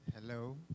Hello